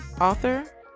author